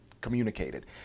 communicated